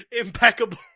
impeccable